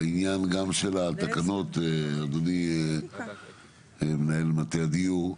בעניין גם של התקנות, אדוני מנהל מטה הדיור,